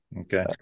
Okay